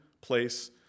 place